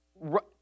right